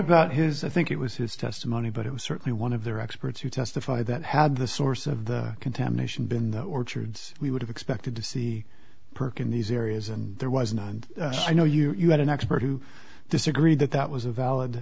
bout his i think it was his testimony but it was certainly one of their experts who testified that had the source of the contamination been the orchards we would have expected to see perc in these areas and there was none you know you had an expert who disagreed that that was a valid